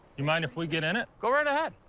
you mind if we get in it? go right ahead.